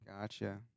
Gotcha